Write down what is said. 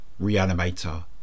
*Reanimator*